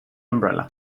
umbrella